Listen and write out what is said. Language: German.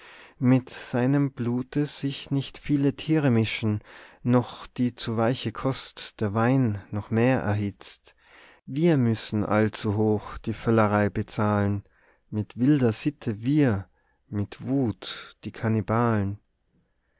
mit seinem blute sich nicht viele tiere mischen noch die zu weiche kost der wein noch mehr erhitzt wir müssen allzu hoch die völlerei bezahlen mit wilder sitte wir mit wut die kannibalen